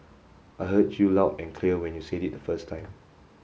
I heard you loud and clear when you said it the first time